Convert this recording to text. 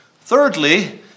Thirdly